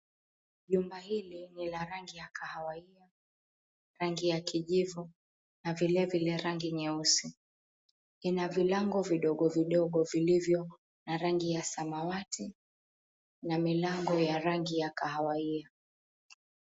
Jumba hili ni la rangi ya kahawia, rangi ya kijivu na vile vile rangi nyeusi ina vilango vidogo vidogo vilivyo na rangi ya samawati na milango ya rangi ya kahawia.